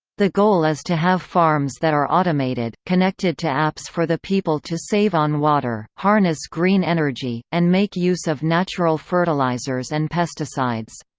the goal is to have farms that are automated, connected to apps for the people to save on water, harness green energy, and make use of natural fertilizers and pesticides.